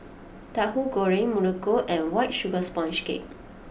Tauhu Goreng Muruku and White Sugar Sponge Cake